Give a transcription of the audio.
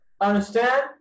Understand